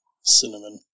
Cinnamon